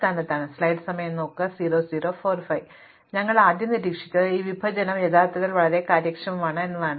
അതിനാൽ ഞങ്ങൾ ആദ്യം നിരീക്ഷിച്ചത് ഈ വിഭജനം യഥാർത്ഥത്തിൽ വളരെ കാര്യക്ഷമമാണ് എന്നതാണ്